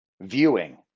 viewing